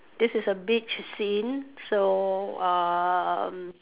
this is a beach scene so uh